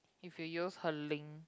if you use her link